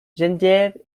geneviève